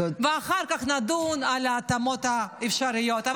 ואחר כך נדון על ההתאמות האפשריות.